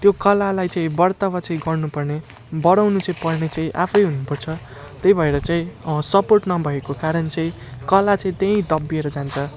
त्यो कलालाई चाहिँ बढ्तामा चाहिँ गर्नुपर्ने बढाउनु चाहिँ पर्ने आफै हुनुपर्छ त्यही भएर चाहिँ सपोर्ट नभएको कारण चाहिँ कला चाहिँ त्यहीँ दब्बिएर जान्छ